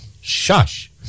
Shush